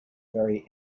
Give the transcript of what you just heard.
very